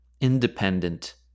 independent